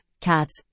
cats